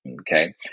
Okay